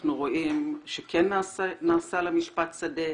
אנחנו רואים שכן נעשה לה משפט שדה,